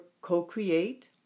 co-create